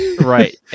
right